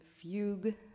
Fugue